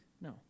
No